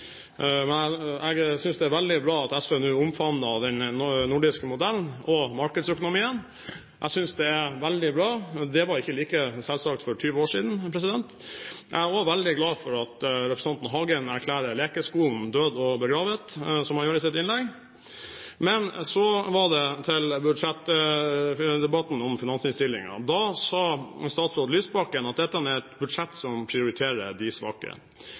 men jeg synes det er veldig bra at SV nå omfavner den nordiske modellen og markedsøkonomien. Jeg synes det er veldig bra. Det var ikke like selvsagt for 20 år siden. Jeg er også veldig glad for at representanten Hagen erklærer lekeskolen død og begravet, som han gjorde i sitt innlegg. Men så til budsjettdebatten om finansinnstillingen. Da sa statsråd Lysbakken at dette er et budsjett som prioriterer de svake.